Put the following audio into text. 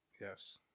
Yes